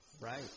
right